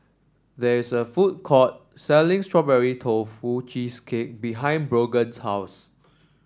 there is a food court selling Strawberry Tofu Cheesecake behind Brogan's house